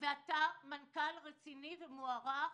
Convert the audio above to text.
אתה מנכ"ל רציני ומוערך.